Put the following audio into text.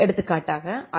எடுத்துக்காட்டாக ஐ